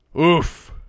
Oof